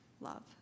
love